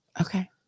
Okay